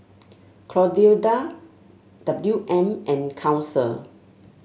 Clotilda W M and Council